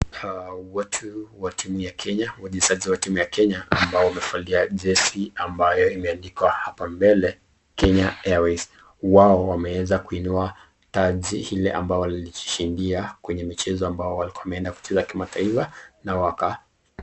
Watu wa timu ya Kenya, wachezaji wa timu ya Kenya ambao wamevalia jezi ambayo imeandikwa hapa mbele Kenya Airways, wao wameweza kuinua taji ile hapa ambao walijishindia kwenye michezo ambayo wameenda kucheza kimataifa na waka...